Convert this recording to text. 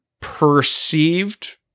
perceived